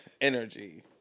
energy